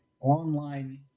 online